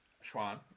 Schwan